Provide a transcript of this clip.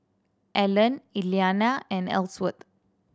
Allan Elliana and Ellsworth